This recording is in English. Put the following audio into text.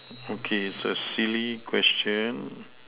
okay it's a silly question